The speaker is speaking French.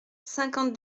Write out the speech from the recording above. cinquante